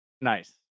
Nice